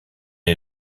est